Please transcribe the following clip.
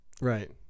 Right